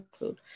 include